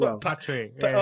Patrick